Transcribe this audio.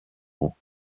rangs